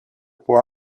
può